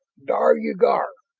dar-u-gar!